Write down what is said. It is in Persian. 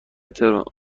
تورنتو